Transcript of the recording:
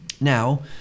Now